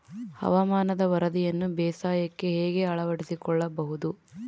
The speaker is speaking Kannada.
ಹವಾಮಾನದ ವರದಿಯನ್ನು ಬೇಸಾಯಕ್ಕೆ ಹೇಗೆ ಅಳವಡಿಸಿಕೊಳ್ಳಬಹುದು?